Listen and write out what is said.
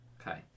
Okay